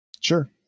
Sure